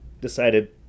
decided